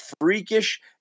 freakish